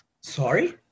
Sorry